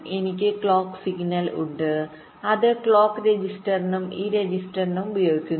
എനിക്ക് clock signal ഉണ്ട് അത് ക്ലോക്ക് രജിസ്റ്ററിനും ഈ രജിസ്റ്ററിനും ഉപയോഗിക്കുന്നു